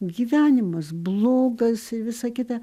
gyvenimas blogas ir visa kita